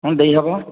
ହଁ ଦେଇ ହେବ